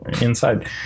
inside